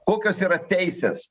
kokios yra teisės